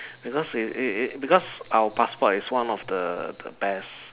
because it it it because our passport is one of the the best